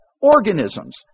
organisms